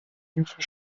hierfür